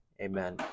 Amen